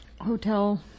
hotel